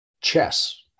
chess